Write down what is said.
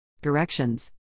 Directions